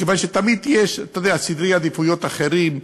מכיוון שתמיד יש סדרי עדיפויות אחרים,